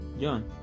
John